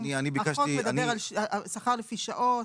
החוק מדבר על שכר לפי שעות.